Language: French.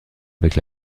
avec